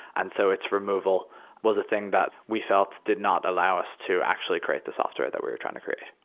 and so it's removal was the thing that we felt did not allow us to actually create the software that we were trying to create.